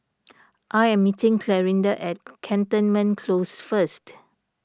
I am meeting Clarinda at Cantonment Close first